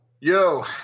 Yo